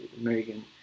American